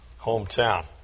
hometown